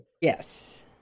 Yes